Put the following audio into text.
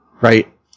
Right